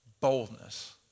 boldness